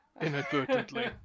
Inadvertently